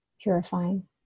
purifying